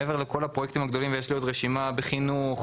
מעבר לכל הפרויקטים הגדולים ויש לי עוד רשימה: בחינוך,